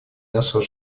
нашего